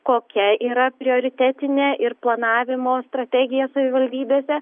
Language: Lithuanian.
kokia yra prioritetinė ir planavimo strategija savivaldybėse